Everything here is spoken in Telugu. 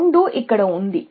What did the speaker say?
2 ఇక్కడ ఉంది